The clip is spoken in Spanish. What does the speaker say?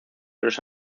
los